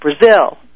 Brazil